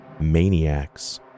maniacs